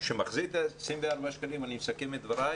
שמחזיר את 24 השקלים אני מסכם את דבריי